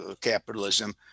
capitalism